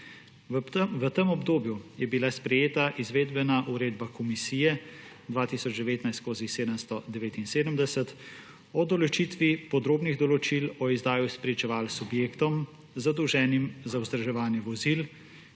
V tem obdobju je bila sprejeta Izvedbena uredba Komisije 2019/779 o določitvi podrobnih določb o sistemu izdajanja spričeval subjektom, zadolženim za vzdrževanje vozil,